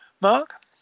Mark